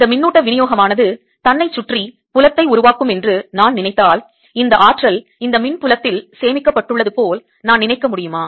இந்த மின்னூட்ட விநியோகம் ஆனது தன்னைச் சுற்றி புலத்தை உருவாக்கும் என்று நான் நினைத்தால் இந்த ஆற்றல் இந்த மின் புலத்தில் சேமிக்கப்பட்டுள்ளது போல் நான் நினைக்க முடியுமா